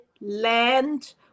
land